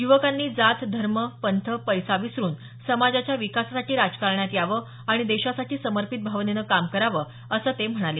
युवकांनी जात धर्म पंथ पैसा विसरून समाजाच्या विकासासाठी राजकारणात यावं आणि देशासाठी समर्पित भावनेनं काम करावं असं ते म्हणाले